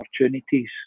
opportunities